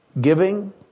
Giving